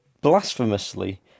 blasphemously